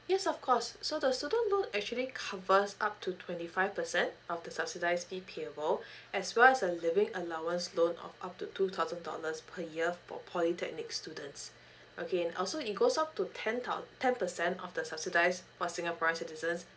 yes of course so the student loan actually covers up to twenty five percent of the subsidize fee payable as well as a living allowance loan of up to two thousand dollars per year for polytechnic students okay also it goes up to ten thou~ ten percent of the subsidize for singaporeans citizens